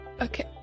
Okay